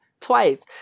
twice